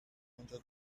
انجا